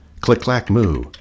Click-clack-moo